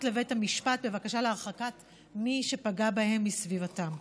לבית המשפט בבקשה להרחקת מי שפגע בהם מסביבתם.